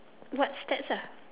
what stats ah